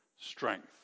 strength